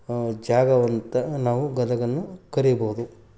ಜಾಗ ಅಂತ ನಾವು ಗದಗವನ್ನು ಕರೀಬೌದು